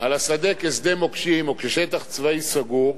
על השדה כשדה מוקשים וכשטח צבאי סגור,